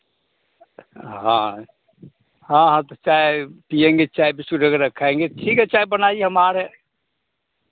हाँ हाँ अब तो चाय पिएंगे चाय बिस्कुट वगैरह खाएंगे ठीक है चाय बनाइए हम आ रहे